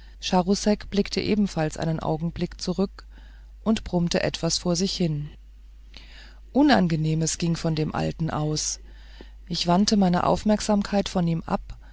blickte ebenfalls einen augenblick zurück und brummte etwas vor sich hin unangenehmes ging von dem alten aus ich wandte meine aufmerksamkeit von ihm ab